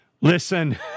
Listen